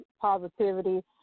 positivity